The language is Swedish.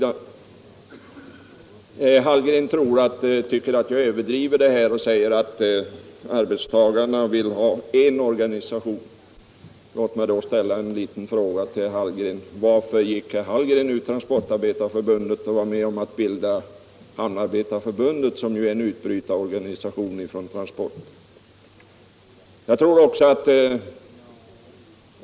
Herr Hallgren tycker att jag överdriver det här och säger att arbetstagarna vill ha en enda organisation. Låt mig då fråga herr Hallgren varför han gick ur Transportirbetareförbundet och var med om att bilda Hamnarbetarförbundet, som är en utbrytarorganisation från Transportarbetareförbundet.